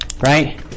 right